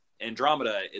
Andromeda